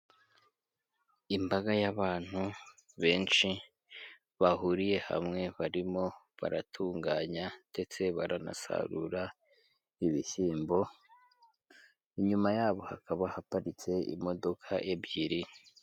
Imbaga y'abantu benshi bahuriye hamwe barimo baratunganya ndetse baranasarura ibishyimbo, inyuma yabo hakaba haparitse imodoka ebyiri.